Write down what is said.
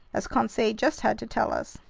as conseil just had to tell us.